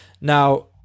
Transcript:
Now